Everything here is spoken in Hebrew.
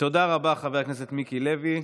תודה רבה, חבר הכנסת מיקי לוי.